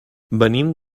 venim